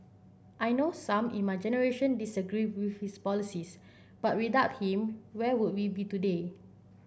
I know some in my generation disagree with his policies but without him where would we be today